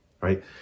right